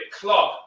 club